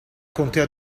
contea